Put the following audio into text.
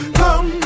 come